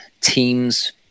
Teams